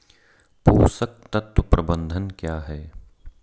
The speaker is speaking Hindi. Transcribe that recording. पोषक तत्व प्रबंधन क्या है?